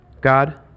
God